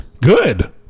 Good